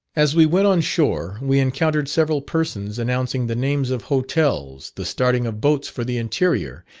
as we went on shore we encountered several persons announcing the names of hotels, the starting of boats for the interior,